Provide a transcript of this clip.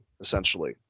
essentially